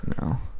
No